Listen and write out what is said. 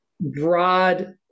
broad